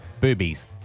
boobies